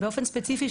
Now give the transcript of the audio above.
באופן ספציפי,